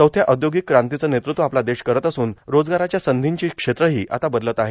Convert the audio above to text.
चौथ्या औदर्योगिक क्रॉतचे नेतृत्व आपला देश करत असून रोजगाराच्या संधींची क्षेत्रहा आता बदलत आहे